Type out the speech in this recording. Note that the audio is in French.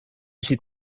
ses